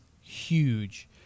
huge